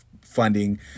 funding